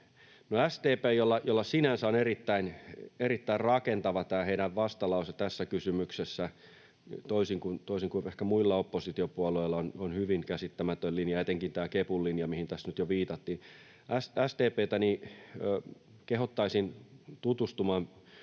SDP:llä sinänsä on erittäin rakentava tämä heidän vastalauseensa tässä kysymyksessä, toisin kuin ehkä muilla oppositiopuolueilla, joilla on hyvin käsittämätön linja, etenkin tämä kepun linja, mihin tässä nyt jo viitattiin. SDP:tä kehottaisin tutustumaan